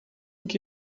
que